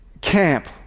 camp